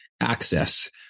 access